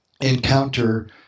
encounter